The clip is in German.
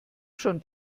schon